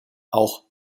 auch